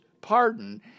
pardon